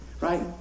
right